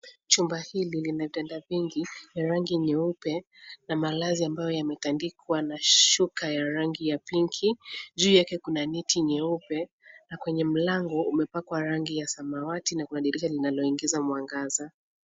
Chumba hili lina vitanda vingi vya rangi nyeupe na malazi ambayo yametandikwa na shuka ya rangi ya pinki. Juu yake kuna neti nyeupe na kwenye mlamgo umepakwa rangi ya samawati na kuna dirisha linaloingiza mwangaza.